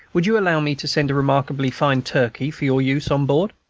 would you allow me to send a remarkably fine turkey for your use on board